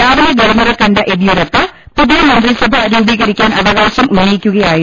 രാവിലെ ഗവർണറെ കണ്ട യെദ്യൂ രപ്പ പുതിയ മന്ത്രിസഭ രൂപീകരിക്കാൻ അവകാശം ഉന്നയിക്കുക യായിരുന്നു